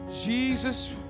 Jesus